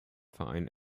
verein